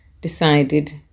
decided